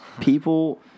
people